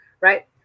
right